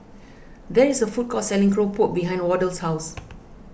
there is a food court selling Keropok behind Wardell's house